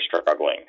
struggling